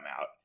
out